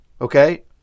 Okay